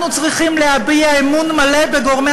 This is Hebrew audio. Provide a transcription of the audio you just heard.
אנחנו צריכים להביע אמון מלא בגורמי